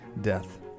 death